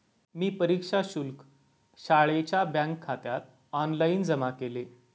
मी परीक्षा शुल्क शाळेच्या बँकखात्यात ऑनलाइन जमा केले